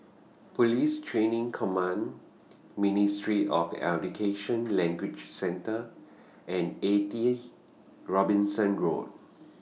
Police Training Command Ministry of Education Language Centre and eighty Robinson Road